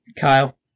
Kyle